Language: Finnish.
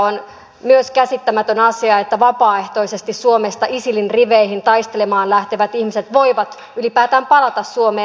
on myös käsittämätön asia että vapaaehtoisesti suomesta isilin riveihin taistelemaan lähtevät ihmiset voivat ylipäätään palata suomeen